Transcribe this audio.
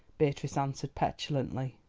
beatrice answered petulantly.